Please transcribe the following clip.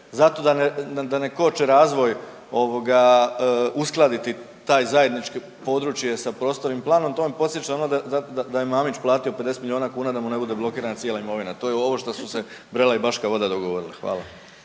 zato da ne koče razvoj ovoga uskladiti taj zajednički područje sa prostornim planom. To vam podsjeća na ono da je Mamić platio 50 milijuna kuna da mu ne bude blokirana cijela imovina. To je ovo šta su se Brela i Baška Voda dogovorile. Hvala.